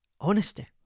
honesty